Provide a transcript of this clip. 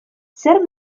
zer